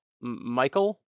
Michael